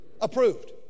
approved